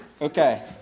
Okay